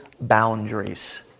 boundaries